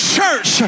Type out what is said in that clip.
church